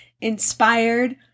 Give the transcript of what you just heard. inspired